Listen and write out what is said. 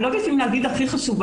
אני לא יודעת אם להגיד שהיא הכי חשובה,